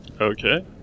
Okay